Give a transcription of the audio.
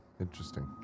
Interesting